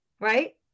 right